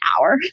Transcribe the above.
hour